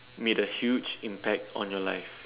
made a huge impact on your life